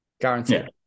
guaranteed